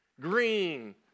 green